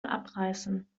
abreißen